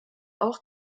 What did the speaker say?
auch